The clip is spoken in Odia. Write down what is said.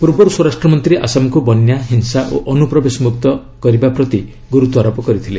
ପୂର୍ବରୁ ସ୍ୱରାଷ୍ଟ୍ରମନ୍ତ୍ରୀ ଆସାମକୁ ବନ୍ୟା ହିଂସା ଓ ଅନୁପ୍ରବେଶମୁକ୍ତ କରିବା ପ୍ରତି ଗୁରୁତ୍ୱାରୋପ କରିଥିଲେ